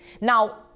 Now